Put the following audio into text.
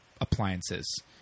appliances